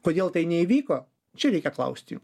kodėl tai neįvyko čia reikia klaust jų